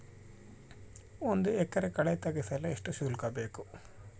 ಒಂದು ಎಕರೆ ಕಳೆ ತೆಗೆಸಲು ಎಷ್ಟು ಶುಲ್ಕ ಬೇಕು?